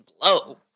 blow